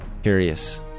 curious